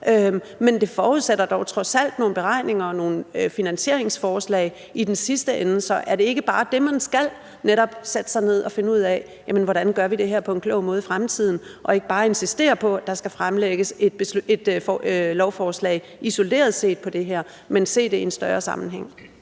Men det forudsætter dog trods alt nogle beregninger og nogle finansieringsforslag i den sidste ende, så er det ikke bare det, man skal? Altså netop sætte sig ned og finde ud af, hvordan vi gør det her på en klog måde i fremtiden, og ikke bare insistere på, at der skal fremsættes et lovforslag isoleret set om det her, men se det i en større sammenhæng.